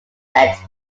siege